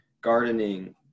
gardening